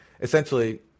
Essentially